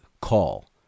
call